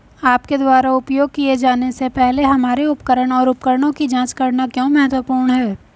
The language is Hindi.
आपके द्वारा उपयोग किए जाने से पहले हमारे उपकरण और उपकरणों की जांच करना क्यों महत्वपूर्ण है?